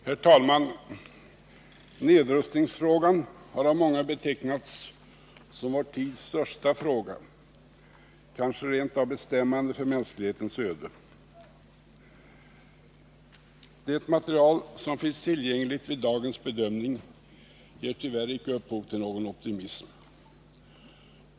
Herr talman! Nedrustningsfrågan har av många betecknats som vår tids största fråga, kanske rent av bestämmande för mänsklighetens öde. Det material som finns tillgängligt vid dagens bedömning ger tyvärr inte upphov till någon optimism.